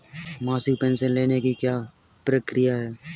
मासिक पेंशन लेने की क्या प्रक्रिया है?